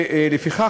לפיכך,